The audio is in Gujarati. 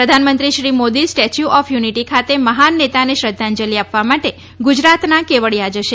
પ્રધાનમંત્રી Shri Modi Statue of Unity ખાતે મહાન નેતાને શ્રદ્ધાંજલી આપવા માટે ગુજરાતના કેવડિયા જશે